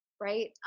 right